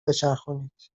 بچرخونید